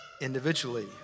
individually